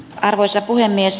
arvoisa puhemies